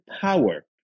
power